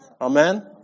Amen